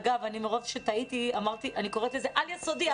אגב, מרוב שטעיתי, אני קוראת לזה: על-יסודי.